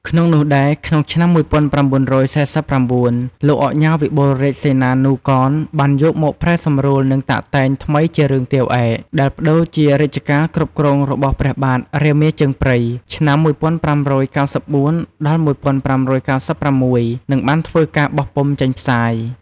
ក្នុងនោះដែរ ក្នុងឆ្នាំ ១៩៤៩ លោកឧកញ៉ាវិបុលរាជសេនា នូ កន បានយកមកប្រែសម្រួលនិងតាក់តែងថ្មីជារឿង ទាវឯក ដែលប្ដូរជារជ្ជកាលគ្រងរាជរបស់ ព្រះបាទ រាមាជើងព្រៃ ឆ្នាំ (១៥៩៤ ដល់ ១៥៩៦) និងបានធ្វើការបោះពុម្ភចេញផ្សាយ។